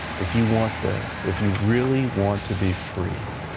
if you want this, if you really want to be free,